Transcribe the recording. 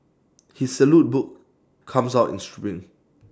his saute book comes out in